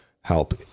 help